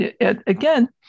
again